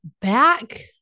back